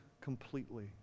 completely